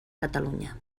catalunya